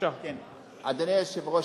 אדוני היושב-ראש,